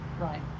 right